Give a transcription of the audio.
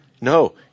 No